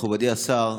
מכובדי השר,